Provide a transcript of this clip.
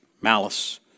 malice